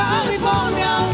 California